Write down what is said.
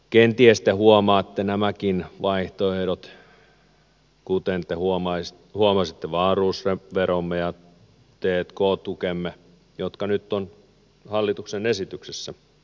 kenties te huomaatte nämäkin vaihtoehdot kuten te huomasitte wahlroos veromme ja t k tukemme jotka nyt ovat hallituksen esityksessä